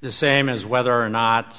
the same as whether or not